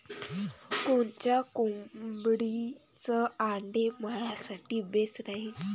कोनच्या कोंबडीचं आंडे मायासाठी बेस राहीन?